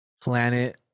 planet